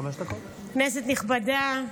כנסת נכבדה,